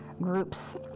groups